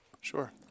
Sure